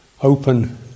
open